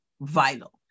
vital